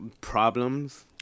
problems